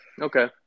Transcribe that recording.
Okay